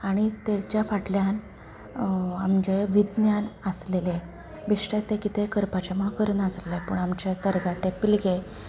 आनी तेंच्या फाटल्यान आमचें विज्ञान आसलेलें बेश्टेंच तें कितेंय करपाचें म्हण करनाशिल्ले पूण आमचे तरणाटे पिळगे